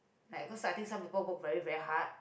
like cause I think some people work very very hard